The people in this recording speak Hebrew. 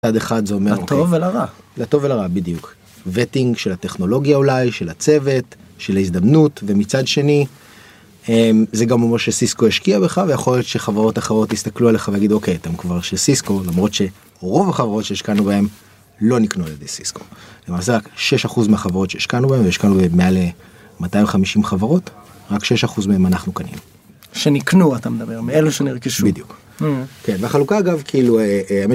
מצד אחד זה אומר... לטוב ולרע. לטוב ולרע, בדיוק. וטינג של הטכנולוגיה אולי, של הצוות, של ההזדמנות, ומצד שני זה גם אומר שסיסקו השקיעה בך ויכול להיות שחברות אחרות יסתכלו עליך ויגידו, אוקיי, אתם כבר של סיסקו למרות שרוב החברות שהשקענו בהם לא נקנו על ידי סיסקו, למעשה רק 6% מהחברות שהשקענו בהם והשקענו במעל 250 חברות, רק 6% מהם אנחנו קנינו. שנקנו, אתה מדבר, מאלו שנרכשו. בדיוק, והחלוקה אגב כאילו האמת...